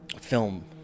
film